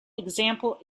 example